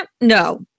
no